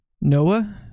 Noah